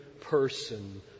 person